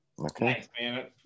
Okay